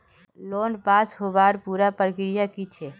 Loan pass होबार पुरा प्रक्रिया की छे?